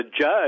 judge